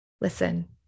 listen